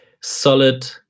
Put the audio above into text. solid